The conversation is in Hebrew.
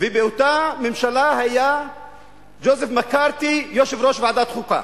באותה ממשלה היה ג'וזף מקארתי יושב-ראש ועדת חוקה,